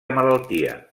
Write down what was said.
malaltia